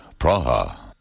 Praha